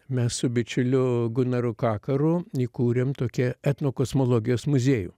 mes su bičiuliu gunaru kakaru įkūrėm tokį etnokosmologijos muziejų